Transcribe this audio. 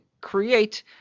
create